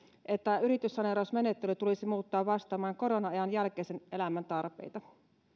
että yrityssaneerausmenettely tulisi muuttaa vastaamaan korona ajan jälkeisen elämän tarpeita